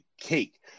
cake